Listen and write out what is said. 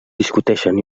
discuteixen